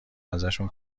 ازشون